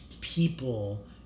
people